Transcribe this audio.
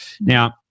now